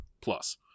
plus